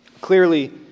Clearly